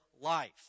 life